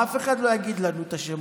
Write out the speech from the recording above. אף אחד לא יגיד לנו את השמות.